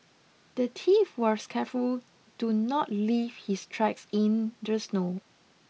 the thief was careful to not leave his tracks in the snow